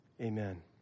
Amen